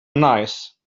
nice